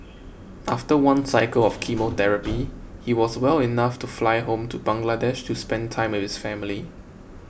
after one cycle of chemotherapy he was well enough to fly home to Bangladesh to spend time with his family